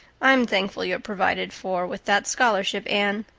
i'm thankful you're provided for with that scholarship, anne.